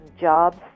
jobs